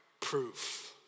proof